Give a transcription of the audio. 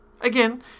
Again